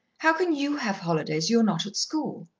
how can you have holidays? you're not at school.